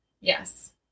Yes